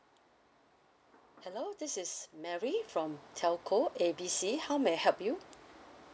hello this is mary from telco A B C how may I help you